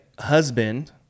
husband